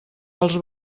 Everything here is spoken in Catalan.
els